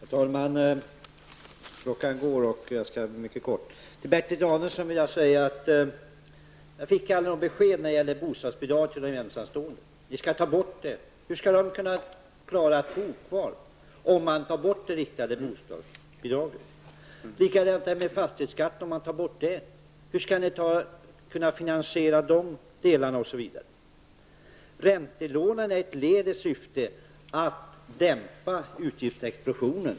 Herr talman! Klockan går och jag skall bli mycket kort. Till Bertil Danielsson vill jag säga att jag fick aldrig något besked när det gäller bostadsbidraget till de ensamstående. Vi skall ta bort det. Hur skall de kunna klara att bo kvar om man tar bort det riktade bostadsbidraget? Det är likadant med fastighetsskatten. Om man tar bort den, hur skall ni kunna finansiera de delarna osv.? Räntelånen är ett led i syfte att dämpa utgiftsexplosionen.